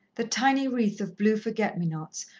the tiny wreath of blue forget-me-nots,